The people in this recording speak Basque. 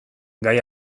gai